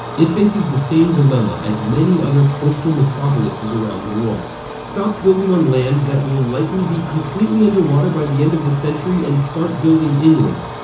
it faces the same dilemma as many other coastal metropolises around the world stop building on land that will likely be completely underwater by the end of the century and start building inland,